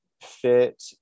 fit